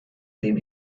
dem